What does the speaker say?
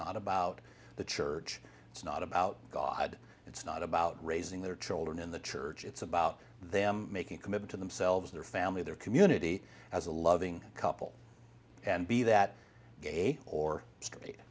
not about the church it's not about god it's not about raising their children in the church it's about them making committed to themselves their family their community as a loving couple and be that gay or